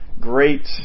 great